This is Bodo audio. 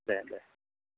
दे दे